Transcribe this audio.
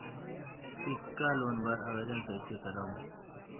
सिक्छा लोन बर आवेदन कइसे करव?